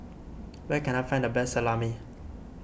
where can I find the best Salami